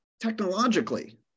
technologically